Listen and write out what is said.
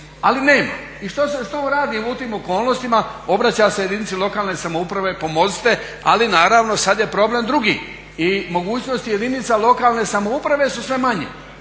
Ali nema. I što on radi u tim okolnostima? Obraća se jedinici lokalne samouprave, pomozite. Ali naravno sada je problem drugi i mogućnost jedinica lokalne samouprave su sve manje.